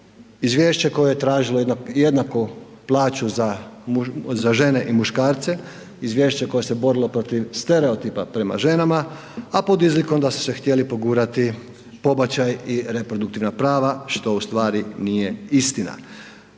izvješće koje je tražilo jednaku plaću za žene i muškarce, izvješće koje se borilo protiv stereotipa prema ženama, a pod izlikom da su se htjeli pogurati pobačaji i reproduktivna prava što ustvari nije istina.